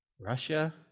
Russia